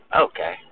okay